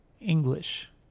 English